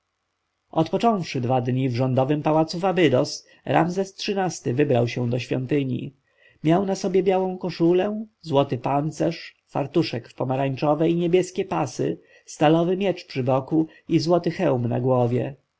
odpocząwszy dwa dni w rządowym pałacu w abydos ramzes xiii-ty wybrał się do świątyni miał na sobie białą koszulę złoty pancerz fartuszek w pomarańczowe i niebieskie pasy stalowy miecz przy boku i złoty hełm na głowie